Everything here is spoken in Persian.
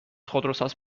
خودروساز